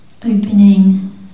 Opening